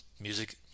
music